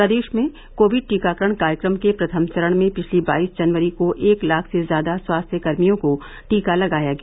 प्रदेश में कोविड टीकाकरण कार्यक्रम के प्रथम चरण में पिछली बाईस जनवरी को एक लाख से ज्यादा स्वास्थ्यकर्मियों को टीका लगाया गया